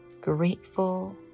grateful